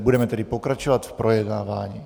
Budeme tedy pokračovat v projednávání.